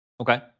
Okay